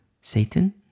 Satan